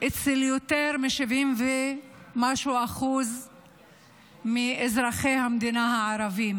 אצל יותר מ-70% ומשהו מאזרחי המדינה הערבים.